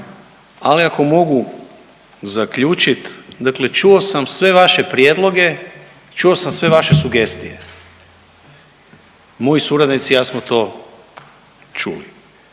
ali ako mogu zaključit dakle, čuo sam sve vaše prijedloge, čuo sam sve vaše sugestije. Moji suradnici i ja smo to čuli.